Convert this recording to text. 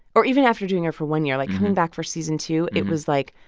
or even after doing her for one year, like, coming back for season two, it was, like,